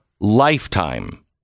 lifetime